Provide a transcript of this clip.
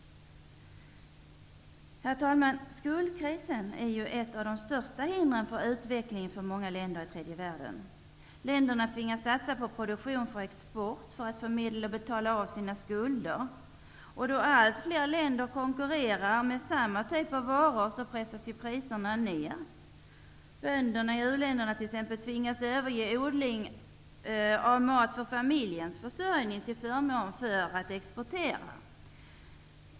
Herr talman! Skuldkrisen är ett av de största hindren för utveckling i många länder i tredje världen. Länderna tvingas satsa på produktion för export, för att få medel att betala av sina skulder. Då allt fler länder konkurrerar med samma typ av varor pressas priserna ner. Bönderna i u-länderna tvingas t.ex. överge odling av mat för familjens försörjning till förmån för exportprodukter.